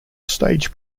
stage